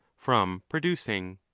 from producing.